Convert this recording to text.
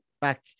back